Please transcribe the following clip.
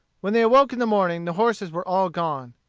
when they awoke in the morning the horses were all gone.